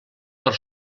per